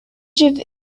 huge